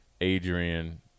Adrian